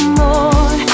more